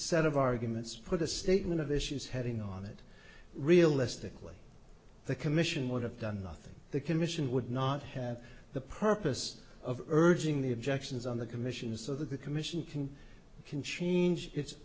set of arguments put a statement of issues heading on it realistically the commission would have done nothing the commission would not have the purpose of urging the objections on the commission so that the commission can can change its